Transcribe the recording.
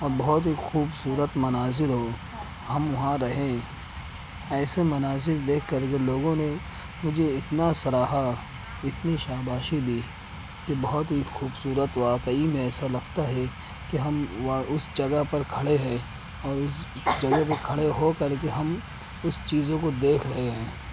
اور بہت ہی خوبصورت مناظر ہو ہم وہاں رہیں ایسے مناظر دیکھ کر کے لوگوں نے مجھے اتنا سراہا اتنی شاباشی دی کہ بہت ہی خوبصورت واقعی میں ایسا لگتا ہے کہ ہم اس جگہ پر کھڑے ہیں اور اس جگہ پہ کھڑے ہو کر کے ہم اس چیزوں کو دیکھ رہے ہیں